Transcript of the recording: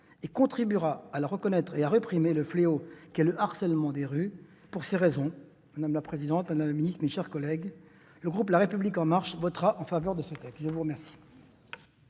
et contribuera à reconnaître et à réprimer le fléau qu'est le harcèlement de rue. Pour ces raisons, madame la présidente, madame la secrétaire d'État, mes chers collègues, le groupe La République En Marche votera en faveur de ce texte. La parole